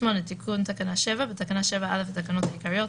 תיקון תקנה 7 8. 7(א)לתקנות העיקריות,